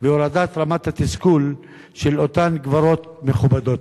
ובהורדת רמת התסכול של אותן גברות מכובדות.